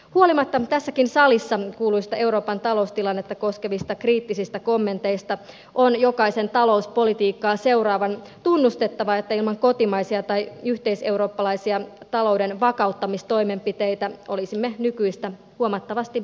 huolimatta tässäkin salissa kuulluista euroopan taloustilannetta koskevista kriittisistä kommenteista on jokaisen talouspolitiikkaa seuraavan tunnustettava että ilman kotimaisia tai yhteiseurooppalaisia talouden vakauttamistoimenpiteitä olisimme nykyistä huomattavasti epävarmemmilla vesillä